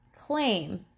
claim